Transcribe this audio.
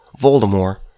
Voldemort